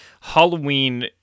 Halloween